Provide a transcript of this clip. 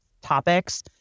topics